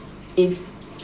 if